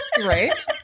right